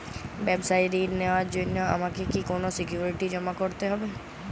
ব্যাবসায়িক ঋণ নেওয়ার জন্য আমাকে কি কোনো সিকিউরিটি জমা করতে হবে?